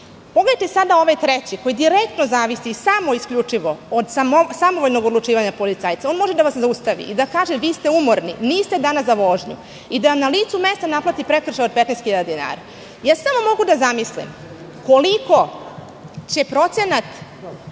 dinara. Pogledajte sada ovaj treći, koji direktno zavisi samo i isključivo od samovoljnog odlučivanja policajca. On može da vas zaustavi i da kaže – vi ste umorni, niste danas za vožnju i da vam na licu mesta naplate prekršaj od 15 hiljada dinara. Samo mogu da zamislim koliko će procenat